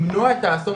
שלה,